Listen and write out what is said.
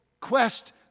quest